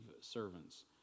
servants